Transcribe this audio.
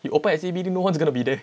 you open at C_B_D no one's gonna be there